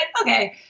okay